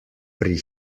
pri